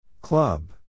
Club